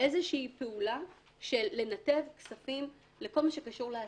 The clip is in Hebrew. איזושהי פעולה של לנתב כספים לכל מה שקשור להסברה,